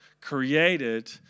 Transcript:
created